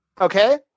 Okay